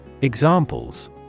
Examples